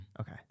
Okay